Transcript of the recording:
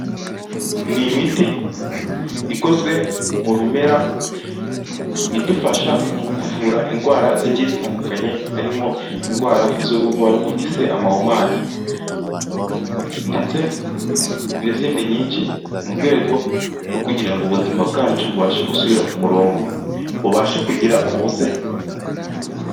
Ni imiti ikozwe mu bimera idufasha mu kuvura indwara zigiye zitandukanye harimo: indwara z'uruhu, harimo n'ise, amahumani ndetse n'izindi nyinshi mu rwego rwo kugira ngo ubuzima bwacu bubashe gusubira ku murongo bubashe kugira umuze...